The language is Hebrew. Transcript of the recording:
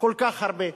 כל כך הרבה,